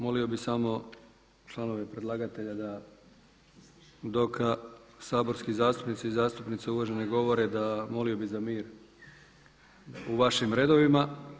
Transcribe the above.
Molio bih samo članove predlagatelja da dok saborski zastupnici i zastupnice uvažene govore molio bih za mir u vašim redovima.